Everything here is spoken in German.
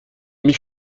mich